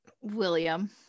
William